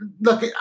look